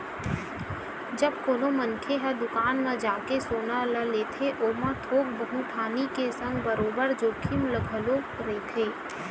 जब कोनो मनखे ह दुकान म जाके सोना ल लेथे ओमा थोक बहुत हानि के संग बरोबर जोखिम घलो रहिथे